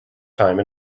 time